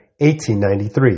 1893